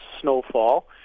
snowfall